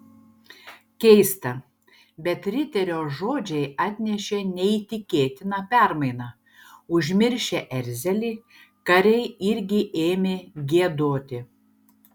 keista bet riterio žodžiai atnešė neįtikėtiną permainą užmiršę erzelį kariai irgi ėmė giedoti